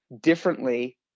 differently